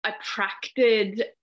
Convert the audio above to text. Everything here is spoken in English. attracted